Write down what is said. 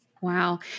Wow